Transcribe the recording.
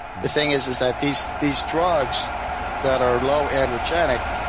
the thing is is that these these drugs that are low androgenic,